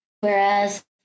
Whereas